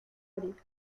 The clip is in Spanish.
abril